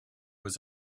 was